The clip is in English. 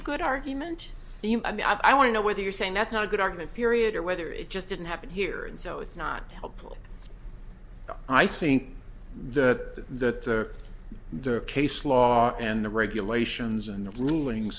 a good argument i don't know whether you're saying that's not a good argument period or whether it just didn't happen here and so it's not helpful i think that that the case law and the regulations and the ruling